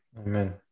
Amen